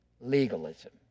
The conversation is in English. legalism